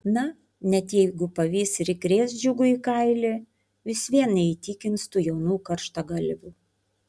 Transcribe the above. na net jeigu pavys ir įkrės džiugui į kailį vis vien neįtikins tų jaunų karštagalvių